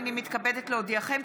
הינני מתכבדת להודיעכם,